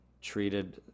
treated